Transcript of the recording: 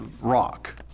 rock